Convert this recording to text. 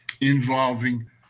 involving